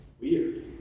Weird